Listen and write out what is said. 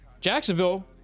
Jacksonville